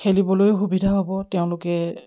খেলিবলৈয়ো সুবিধা হ'ব তেওঁলোকে